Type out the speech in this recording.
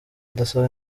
ndasaba